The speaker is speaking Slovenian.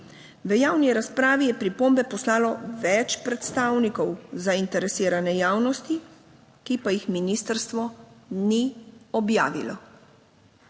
V javni razpravi je pripombe poslalo več predstavnikov zainteresirane javnosti, ki pa jih ministrstvo ni objavilo.